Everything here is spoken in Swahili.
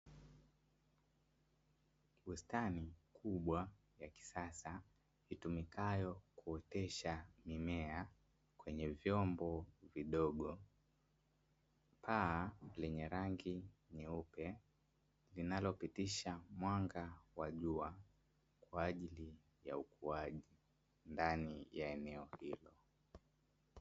Bustani kubwa ya kisasa itumikayo kuotesha mimea kwenye vyombo vidogo, paa lenye rangi nyeupe linalopitisha mwanga wa jua kwa ajili ya ukuaji ndani ya eneo hilo.